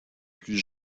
plus